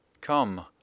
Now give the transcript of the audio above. Come